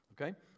Okay